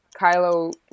Kylo